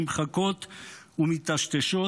נמחקות ומטשטשות,